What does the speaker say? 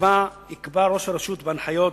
יקבע ראש הרשות בהנחיות,